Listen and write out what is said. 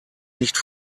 nicht